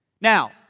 Now